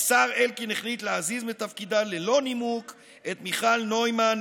"השר אלקין החליט להזיז מתפקידה ללא נימוק את מיכל נוימן,